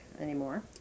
anymore